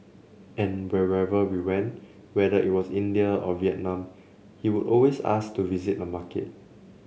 and wherever we went whether it was India or Vietnam he would always ask to visit a market